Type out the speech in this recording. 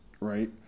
right